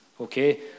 Okay